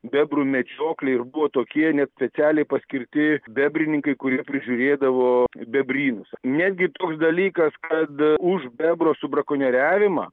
bebrų medžioklė ir buvo tokie net specialiai paskirti bebrininkai kurie prižiūrėdavo bebrynus netgi toks dalykas kad už bebro subrakonieriavimą